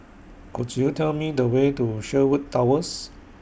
Could YOU Tell Me The Way to Sherwood Towers